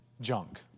Junk